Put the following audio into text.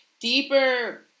deeper